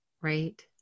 right